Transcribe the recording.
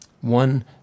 one